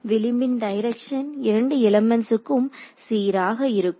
விளிம்பின் டைரக்சன் இரண்டு எலிமெண்ட்ஸ்கும் சீராக இருக்கும்